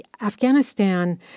Afghanistan